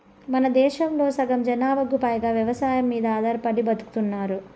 మనదేశంలో సగం జనాభాకు పైగా వ్యవసాయం మీద ఆధారపడి బతుకుతున్నారు